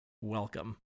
welcome